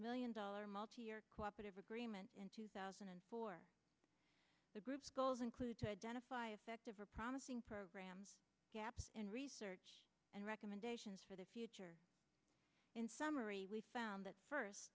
million dollar multi year cooperative agreement in two thousand and four the group's goals include to identify effective or promising programs gaps in research and recommendations for the future in summary we found that first